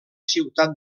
ciutat